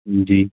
जी